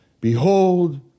Behold